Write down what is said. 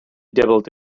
dabbled